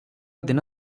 ଦିନ